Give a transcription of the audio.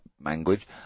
language